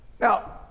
Now